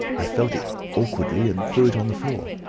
i felt it awkwardly, and threw it on the floor.